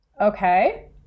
Okay